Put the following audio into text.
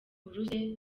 buruse